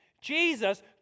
Jesus